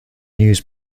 news